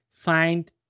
find